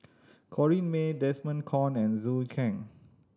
Corrinne May Desmond Kon and Zhou Can